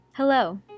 Hello